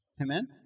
Amen